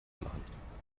machen